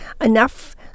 enough